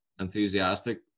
enthusiastic